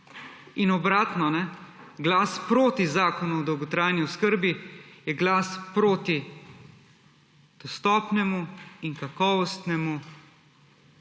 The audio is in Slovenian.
In obratno, glas proti zakonu o dolgotrajni oskrbi je glas proti dostopnemu in kakovostnemu